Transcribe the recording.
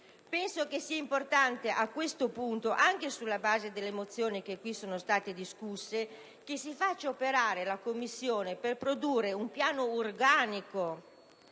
Penso sia importante a questo punto, anche sulla base delle mozioni che qui sono state discusse, che si faccia operare la Commissione per produrre un piano organico,